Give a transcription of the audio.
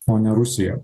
o ne rusiją